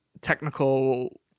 technical